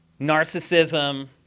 narcissism